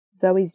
Zoe's